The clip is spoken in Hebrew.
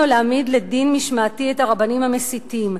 להעמיד לדין משמעתי את הרבנים המסיתים.